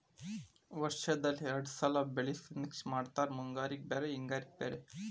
ವರ್ಷದಲ್ಲಿ ಎರ್ಡ್ ಸಲಾ ಬೆಳೆ ಸಮೇಕ್ಷೆ ಮಾಡತಾರ ಮುಂಗಾರಿಗೆ ಬ್ಯಾರೆ ಹಿಂಗಾರಿಗೆ ಬ್ಯಾರೆ